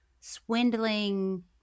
swindling